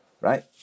right